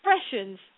expressions